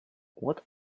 what